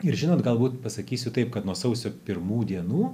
ir žinot galbūt pasakysiu taip kad nuo sausio pirmų dienų